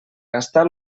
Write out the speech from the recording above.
gastar